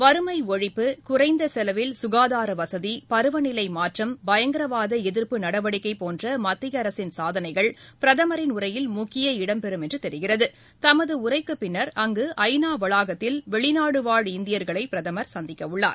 வறுமை ஒழிப்பு குறைந்த செலவில் சுகாதார வசதி பருவநிலை மாற்றம் பயங்கரவாத எதிர்ப்பு நடவடிக்கை போன்ற மத்திய அரசின் சாதனைகள் பிரதமரின் உரையில் முக்கிய இடம்பெறும் என்று கெரிகிறகட தமது உரைக்கு பின்னர் அங்கு ஜநா வளாகத்தில் வெளிநாடு வாழ் இந்தியர்களை பிரதமர் சந்திக்கவுள்ளார்